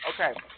okay